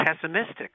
pessimistic